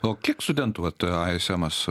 o kiek studentų vat aiesemas